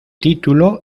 título